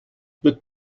wird